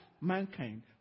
mankind